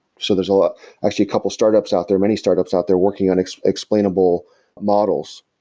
so there's ah actually a couple startups out there, many startups out there working on explainable models.